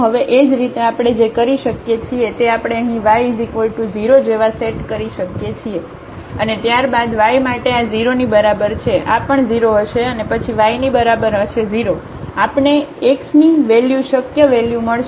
હવે એ જ રીતે આપણે જે કરી શકીએ છીએ તે આપણે અહીં y 0 જેવા સેટ કરી શકીએ છીએ અને ત્યારબાદ y માટે આ 0 ની બરાબર છે આ પણ 0 હશે અને પછી y ની બરાબર હશે 0 આપને x ની વેલ્યુ શક્ય વેલ્યુ મળશે